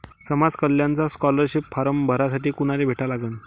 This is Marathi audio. समाज कल्याणचा स्कॉलरशिप फारम भरासाठी कुनाले भेटा लागन?